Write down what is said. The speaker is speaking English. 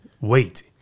wait